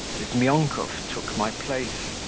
bizmyonkov took my place.